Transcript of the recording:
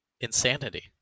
Insanity